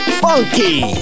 funky